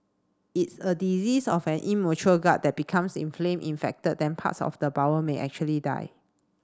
it's a disease of an immature gut that becomes inflamed infected then parts of the bowel may actually die